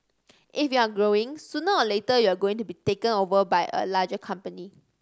if you're growing sooner or later you are going to be taken over by a larger company